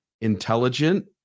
intelligent